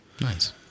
nice